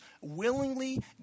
willingly